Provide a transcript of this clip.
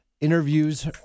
Interviews